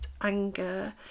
anger